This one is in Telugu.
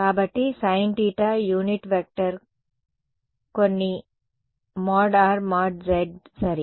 కాబట్టి sin θ యూనిట్ వెక్టర్ కొన్ని |r| |z| సరి